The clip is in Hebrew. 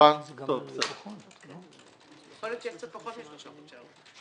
יכול להיות שיהיה קצת פחות משלושה חודשי היערכות.